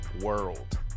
world